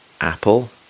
Apple